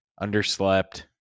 underslept